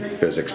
physics